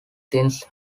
since